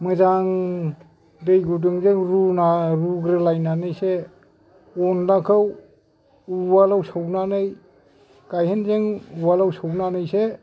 मोजां दै गुदुंजों रुना रुग्रोलायनानैसो अनलाखौ उवालआव सौनानै गायहेनजों उवालआव सौनानैसो